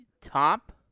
top